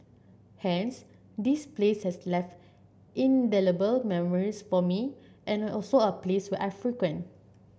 hence this place has left indelible memories for me and also a place where I frequent